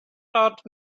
taught